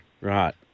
right